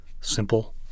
simple